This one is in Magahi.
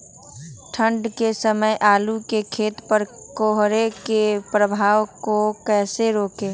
ठंढ के समय आलू के खेत पर कोहरे के प्रभाव को कैसे रोके?